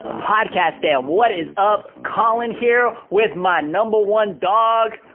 ah podcast fam, what is up? collin here with my number one dog.